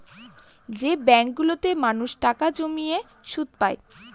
যে ব্যাঙ্কগুলোতে মানুষ টাকা জমিয়ে সুদ পায়